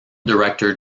director